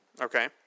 okay